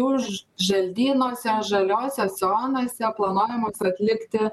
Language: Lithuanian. už želdynuose žaliose zonose planuojamus atlikti